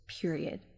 Period